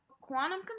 Quantum